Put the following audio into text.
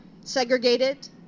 segregated